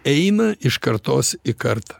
eina iš kartos į kartą